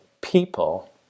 people